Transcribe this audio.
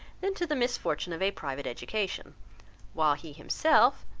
than to the misfortune of a private education while he himself,